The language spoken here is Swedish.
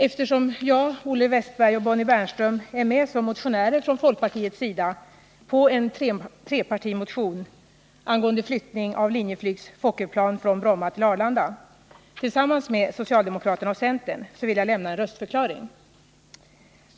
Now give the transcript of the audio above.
Eftersom jag, Olle Wästberg i Stockholm och Bonnie Bernström är med som motionärer från folkpartiet tillsammans med socialdemokraterna och centern i en trepartimotion om flyttning av Linjeflygs Fokkerplan från Bromma till Arlanda vill jag lämna en röstförklaring.